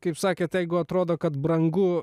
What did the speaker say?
kaip sakė tegu atrodo kad brangu